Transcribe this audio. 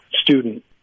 student